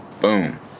boom